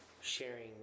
sharing